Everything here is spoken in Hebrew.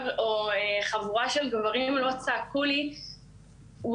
או חבורה של גברים לא צעקו לי: וואוו,